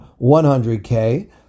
100k